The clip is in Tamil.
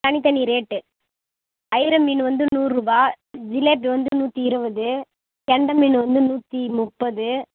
தனித்தனி ரேட்டு அயிரை மீன் வந்து நூறுரூபா ஜிலேபி வந்து நூற்றி இருபது கெண்டை மீன் வந்து நூற்றி முப்பது